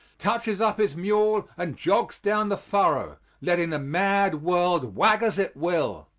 touches up his mule, and jogs down the furrow, letting the mad world wag as it will!